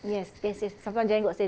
yes yes yes sometimes Giant got sale